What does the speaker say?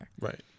Right